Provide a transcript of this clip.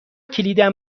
کلیدم